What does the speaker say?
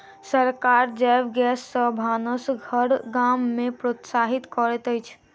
सरकार जैव गैस सॅ भानस घर गाम में प्रोत्साहित करैत अछि